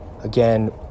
again